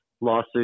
Lawsuit